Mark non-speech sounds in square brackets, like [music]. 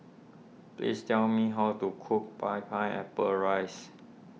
please tell me how to cook [unintelligible] Rice